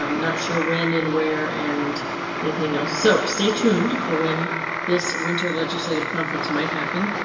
um not sure when and where and anything else, so stay tuned for when this winter legislative conference might happen.